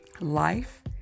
Life